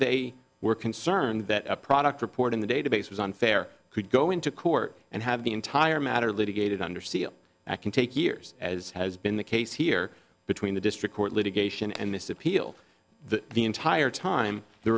they were concerned that a product report in the database was unfair could go into court and have the entire matter litigated under seal that can take years as has been the case here between the district court litigation and this appeal the the entire time the